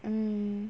mm